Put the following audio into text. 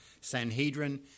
Sanhedrin